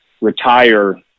retire